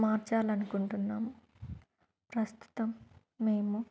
మార్చాలి అనుకుంటున్నాము ప్రస్తుతం మేము